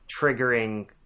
triggering